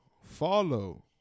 follow